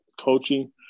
coaching